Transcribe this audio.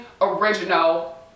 original